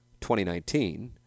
2019